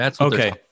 Okay